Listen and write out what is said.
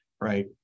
right